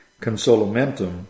consolamentum